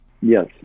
Yes